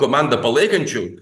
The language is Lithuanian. komandą palaikančių